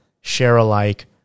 share-alike